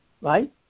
Right